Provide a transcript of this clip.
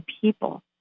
people